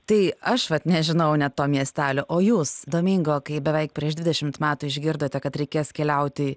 tai aš vat nežinau net to miestelio o jūs domingo kai beveik prieš dvidešimt metų išgirdote kad reikės keliauti